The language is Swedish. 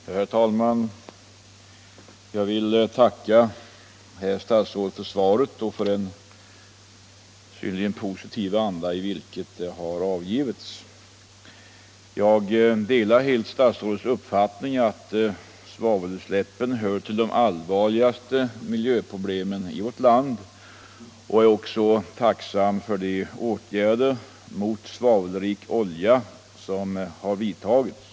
Herr talman! Jag vill tacka herr statsrådet för svaret och för den synnerligen positiva anda i vilken det avgivits. Jag delar helt statsrådets uppfattning att svavelutsläppen hör till de allvarligaste miljöproblemen i vårt land och är också tacksam för de åtgärder mot svavelrik olja som har vidtagits.